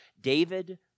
David